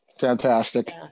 fantastic